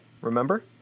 remember